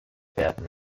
werden